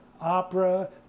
opera